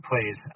plays